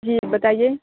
جی بتائیے